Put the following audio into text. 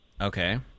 Okay